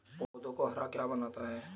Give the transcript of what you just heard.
पौधों को हरा क्या बनाता है?